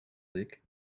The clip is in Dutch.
dik